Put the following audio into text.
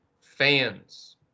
fans